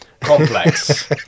complex